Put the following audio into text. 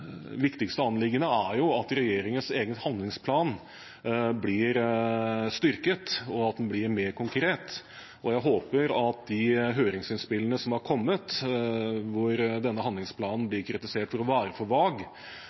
viktigste anliggende, er at regjeringens egen handlingsplan blir styrket, og at den blir mer konkret. Jeg håper at de høringsinnspillene som har kommet, hvor denne handlingsplanen blir kritisert for å være for vag,